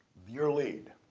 your lead,